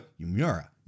Yumura